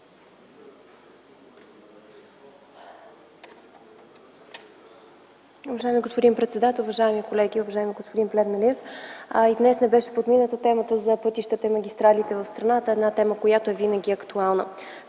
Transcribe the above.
Уважаеми господин председател, уважаеми колеги, уважаеми господин Плевнелиев! И днес не беше подмината темата за пътищата и магистралите в страната – една тема ,която винаги е актуална.